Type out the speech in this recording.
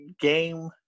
game